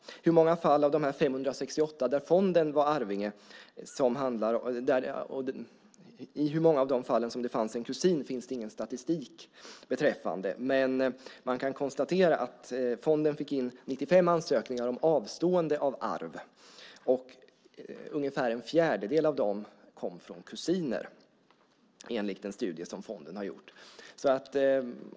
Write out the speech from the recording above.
I hur många fall av dessa 568 där fonden var arvinge som det fanns en kusin finns det ingen statistik över, men man kan konstatera att fonden fick in 95 ansökningar om avstående av arv, och ungefär en fjärdedel av dem kom från kusiner enligt en studie som fonden har gjort.